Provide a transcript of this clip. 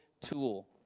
tool